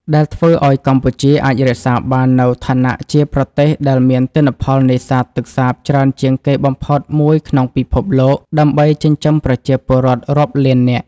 ដែលធ្វើឱ្យកម្ពុជាអាចរក្សាបាននូវឋានៈជាប្រទេសដែលមានទិន្នផលនេសាទទឹកសាបច្រើនជាងគេបំផុតមួយក្នុងពិភពលោក ដើម្បីចិញ្ចឹមប្រជាពលរដ្ឋរាប់លាននាក់។